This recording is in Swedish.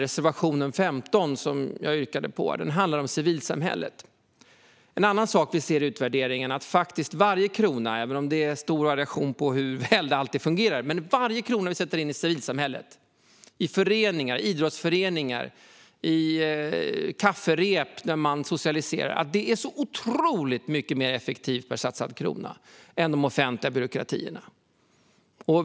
Reservation 15, som jag yrkade bifall till, handlar om civilsamhället. En annan sak vi ser i utvärderingarna är nämligen att varje satsad krona, även om det är stor variation på hur väl det fungerar, som vi sätter in i civilsamhället i föreningar, idrottsföreningar och kafferep där man socialiserar är så otroligt mycket mer effektiv än de offentliga byråkratierna.